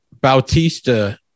Bautista